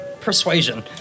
persuasion